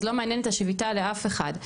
אז לא מעניינת השביתה לאף אחד.